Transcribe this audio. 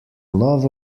love